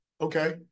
Okay